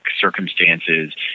circumstances